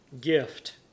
gift